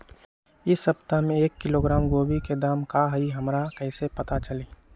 इ सप्ताह में एक किलोग्राम गोभी के दाम का हई हमरा कईसे पता चली?